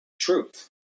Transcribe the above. Truth